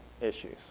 issues